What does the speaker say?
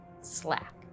slack